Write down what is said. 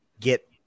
get